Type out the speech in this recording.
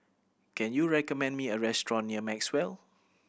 can you recommend me a restaurant near Maxwell